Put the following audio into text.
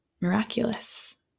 miraculous